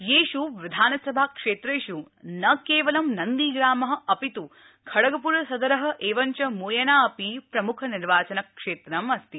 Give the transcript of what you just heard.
येषु विधानसभा क्षेत्रेषु न केवलं नन्दीप्राम अपितु खड़गपुर सदर एवञ्च मोयना अपि प्रमुख निर्वाचनक्षेत्रम् अस्ति